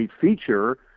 feature